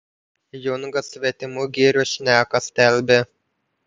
jungas svetimųjų girių šneką stelbė